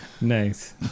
Nice